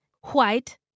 white